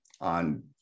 on